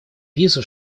визу